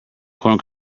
corn